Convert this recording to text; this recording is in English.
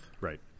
Right